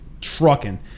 trucking